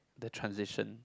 the transaction